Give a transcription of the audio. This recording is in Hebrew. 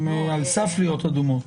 הן על סף להיות אדומות.